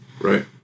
right